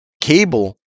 cable